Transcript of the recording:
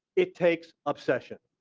it takes obsession.